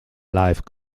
life